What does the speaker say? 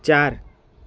ચાર